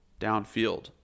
downfield